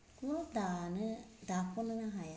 दानो दाख'नोनो हाया